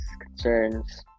concerns